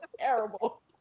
terrible